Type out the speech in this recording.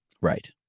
Right